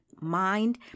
mind